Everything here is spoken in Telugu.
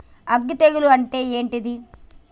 అగ్గి తెగులు అంటే ఏంది?